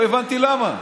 לא הבנתי למה.